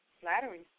flattery